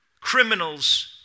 criminals